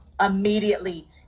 immediately